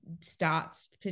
starts